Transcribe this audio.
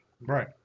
Right